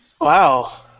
Wow